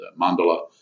mandala